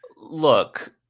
look